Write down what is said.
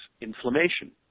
inflammation